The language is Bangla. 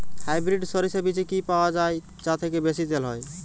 হাইব্রিড শরিষা বীজ কি পাওয়া য়ায় যা থেকে বেশি তেল হয়?